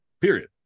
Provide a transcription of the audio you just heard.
Period